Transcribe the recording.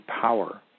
power